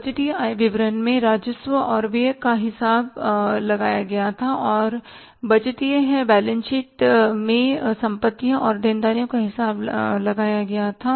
तो बजटीय आय विवरण में राजस्व और व्यय का हिसाब लगाया गया था और बजटीय है बैलेंस शीट में संपत्तियों और देनदारियों का हिसाब लगाया गया था